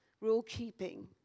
rule-keeping